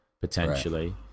potentially